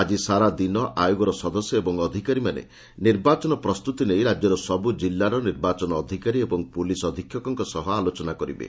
ଆଜି ସାରାଦିନ ଆୟୋଗର ସଦସ୍ୟ ଓ ଅଧିକାରୀମାନେ ନିର୍ବାଚନ ପ୍ରସ୍ତୁତି ନେଇ ରାଜ୍ୟର ସବୁ ଜିଲ୍ଲାର ନିର୍ବାଚନ ଅଧିକାରୀ ଓ ପୁଲିସ୍ ଅଧୀକ୍ଷକଙ୍କ ସହ ଆଲୋଚନା କରିବେ